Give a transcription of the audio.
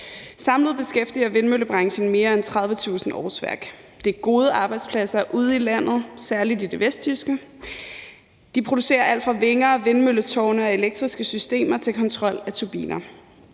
Samlet beskæftiger vindmøllebranchen mere end 30.000 årsværk. Det er gode arbejdspladser ude i landet, særlig i det vestjyske, og de producerer alt fra vinger og vindmølletårne til elektriske systemer til kontrol af turbiner.